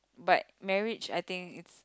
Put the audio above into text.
but marriage I think it's